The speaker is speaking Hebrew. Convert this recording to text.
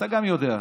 אתה גם יודע,